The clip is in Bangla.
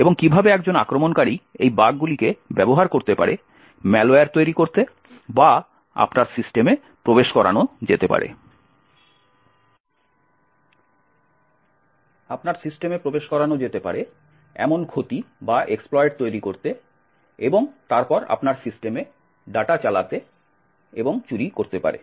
এবং কীভাবে একজন আক্রমণকারী এই বাগগুলিকে ব্যবহার করতে পারে ম্যালওয়্যার তৈরি করতে বা আপনার সিস্টেমে প্রবেশ করানো যেতে পারে এমন ক্ষতি তৈরি করতে এবং তারপরে আপনার সিস্টেমে ডেটা চালাতে এবং চুরি করতে পারে